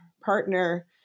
partner